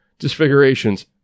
disfigurations